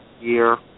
year